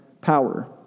power